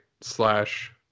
slash